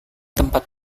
tempat